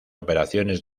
operaciones